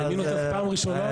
הם נמצאים פה בזמן מלחמה,